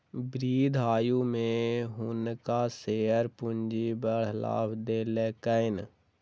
वृद्ध आयु में हुनका शेयर पूंजी बड़ लाभ देलकैन